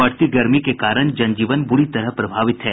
बढ़ती गर्मी के कारण जनजीवन बुरी तरह प्रभावित है